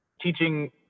teaching